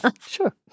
Sure